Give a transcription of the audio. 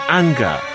anger